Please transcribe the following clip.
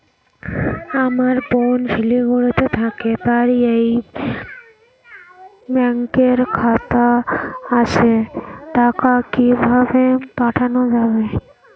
আমার বোন শিলিগুড়িতে থাকে তার এই ব্যঙকের খাতা আছে টাকা কি ভাবে পাঠানো যাবে?